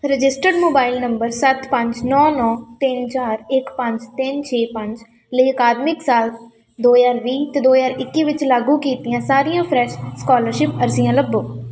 registered mobile number ਸੱਤ ਪੰਜ ਨੌਂ ਨੌਂ ਤਿੰਨ ਚਾਰ ਇੱਕ ਪੰਜ ਤਿੰਨ ਛੇ ਪੰਜ ਲਈ ਅਕਾਦਮਿਕ ਸਾਲ ਦੋ ਹਜ਼ਾਰ ਵੀਹ ਅਤੇ ਦੋ ਹਜ਼ਾਰ ਇੱਕੀ ਵਿੱਚ ਲਾਗੂ ਕੀਤੀਆਂ ਸਾਰੀਆਂ ਫਰੈਸ਼ ਸਕੋਲਰਸ਼ਿਪ ਅਰਅਆਂ ਲੱਭੋ